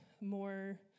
more